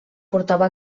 portava